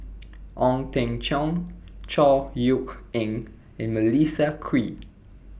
Ong Teng Cheong Chor Yeok Eng and Melissa Kwee